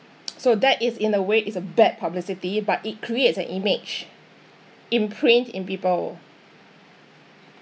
so that is in a way is a bad publicity but it creates an image imprint in people